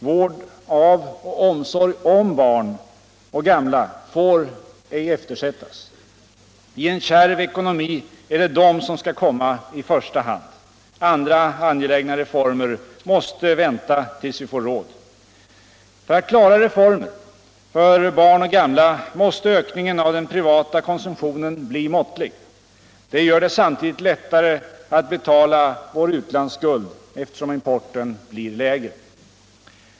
Vård av och omsorg om barn och gamla får ej eftersättas. I en kärv ekonomi är det de som skall komma I första hand. Andra angelägna reformer måste vänta tills vi får råd. För att vi skall kunna klara reformer för barn och gamla måste ökningen av den privata konsumtionen bli måttlig. Det gör det samtidigt lättare att betala vår utlandsskuld, eftersom importen blir lägre.